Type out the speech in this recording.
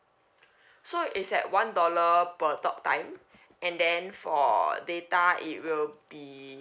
so it's at one dollar per talk time and then for data it will be